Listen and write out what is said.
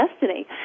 destiny